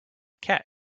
cat